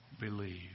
believe